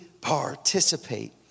participate